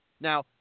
Now